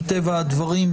מטבע הדברים,